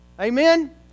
Amen